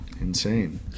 insane